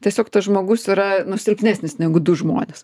tiesiog tas žmogus yra silpnesnis negu du žmones